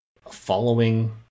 following